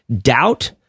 doubt